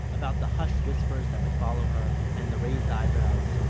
about the hushed whispers that would follow her, and the raised eyebrows.